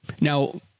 Now